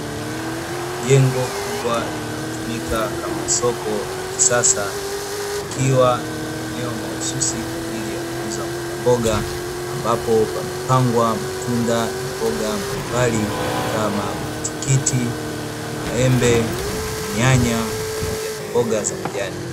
Jengo kubwa linalotumika kama soko la kisasa likiwa na eneoo mahususi kwa ajili ya kuuza mbogamboga, ambapo pamepangwa matunda na mboga mbalimbali kama: matikiti, maembe, nyanya pamoja na mboga za majani.